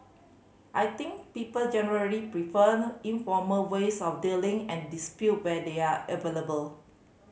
I think people generally preferred informal ways of dealing and dispute where they are available